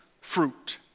fruit